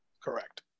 Correct